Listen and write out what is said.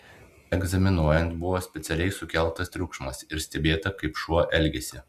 egzaminuojant buvo specialiai sukeltas triukšmas ir stebėta kaip šuo elgiasi